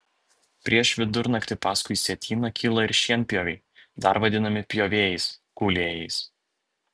prieš vidurnaktį paskui sietyną kyla ir šienpjoviai dar vadinami pjovėjais kūlėjais